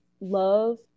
love